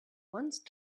once